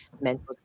mental